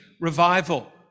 revival